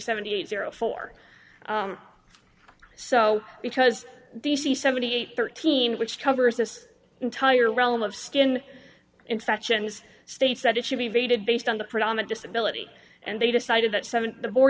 seventy zero for so because the c seventy eight thirteen which covers this entire realm of skin infections states that it should be rated based on the predominant disability and they decided that seven the boar